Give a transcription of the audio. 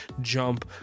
jump